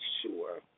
sure